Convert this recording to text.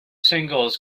singles